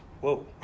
whoa